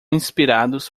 inspirados